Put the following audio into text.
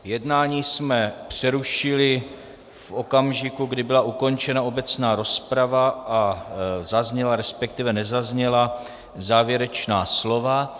Jednání jsme přerušili v okamžiku, kdy byla ukončena obecná rozprava a zazněla, respektive nezazněla, závěrečná slova.